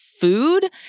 food